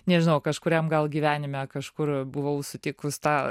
nežinau kažkuriam gal gyvenime kažkur buvau sutikus tą